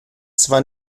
zwar